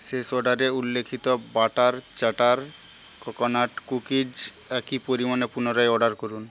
শেষ অর্ডারে উল্লেখিত ব্যাটার চ্যাটার কোকোনাট কুকিজ একই পরিমাণে পুনরায় অর্ডার করুন